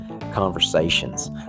conversations